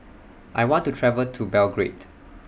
I want to travel to Belgrade